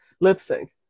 lip-sync